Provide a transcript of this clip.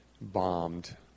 bombed